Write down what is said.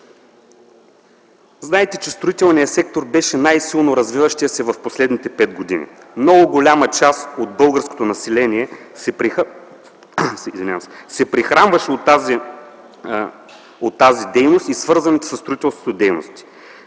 Знаете, че строителният сектор беше най-силно развиващият се в последните пет години. Много голяма част от българското население се прехранваше от тази дейност и свързаните със строителството дейности.